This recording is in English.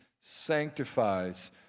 sanctifies